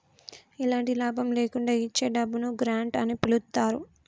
ఎలాంటి లాభం లేకుండా ఇచ్చే డబ్బును గ్రాంట్ అని పిలుత్తారు